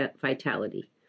vitality